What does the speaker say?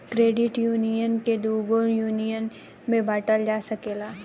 credit union के दुगो union में बॉटल जा सकेला